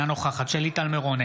אינה נוכחת שלי טל מירון,